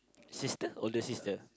sister older sister